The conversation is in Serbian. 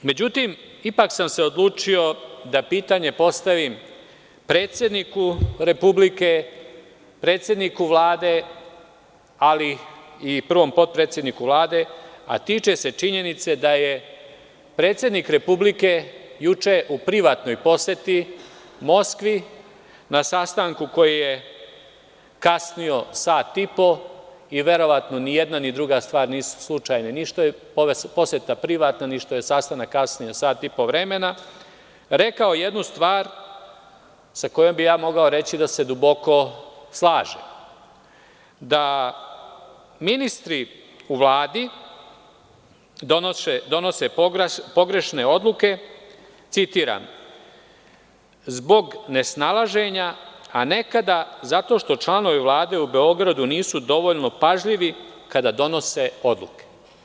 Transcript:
Međutim, ipak sam se odlučio da pitanje postavim predsedniku Republike, predsedniku Vlade, ali i prvom potpredsedniku Vlade, a tiče se činjenice da je predsednik Republike juče u privatnoj poseti Moskvi, na sastanku koji je kasnio sat i po i verovatno ni jedna ni druga nisu slučajne, ni što je poseta privatna, ni što je sastanak kasnio sat i po vremena, rekao jednu stvar sa kojom, mogao bih reći, duboko se slažem, da ministri u Vladi donose pogrešne odluke, citiram, zbog nesnalaženja, a nekada zato što članovi Vlade u Beogradu nisu dovoljno pažljivi kada donose odluke.